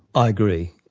i agree.